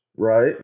right